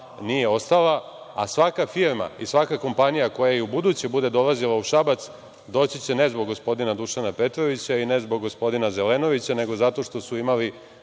nije ostala, a svaka firma, svaka kompanija koja ubuduće bude dolazila u Šabac doći će, ne zbog gospodina Dušana Petrovića, ne zbog gospodina Zelenović, nego zato što su imali